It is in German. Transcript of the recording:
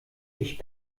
ich